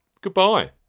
Goodbye